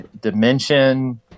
dimension